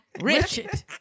Richard